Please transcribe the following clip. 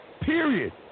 period